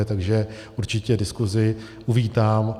Takže určitě diskusi uvítám.